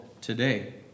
today